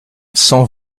cent